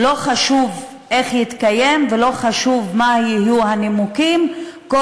לא חשוב איך הוא יתקיים ולא חשוב מה יהיו הנימוקים כל